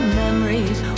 memories